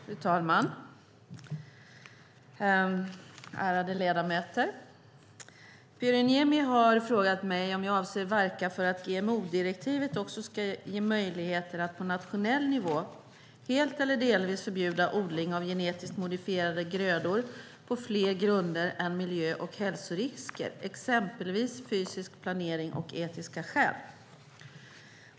Fru talman! Ärade ledamöter! Pyry Niemi har frågat mig om jag avser att verka för att GMO-direktivet också ska ge möjligheter att på nationell nivå helt eller delvis förbjuda odling av genetiskt modifierade grödor på fler grunder än miljö och hälsorisker, exempelvis fysisk planering och etiska skäl.